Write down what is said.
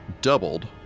doubled